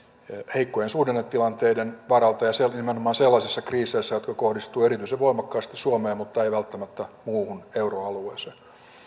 heikkojen suhdannetilanteiden varalta ja se oli nimenomaan sellaisissa kriiseissä jotka kohdistuvat erityisen voimakkaasti suomeen mutta eivät välttämättä muuhun euroalueeseen